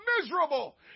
miserable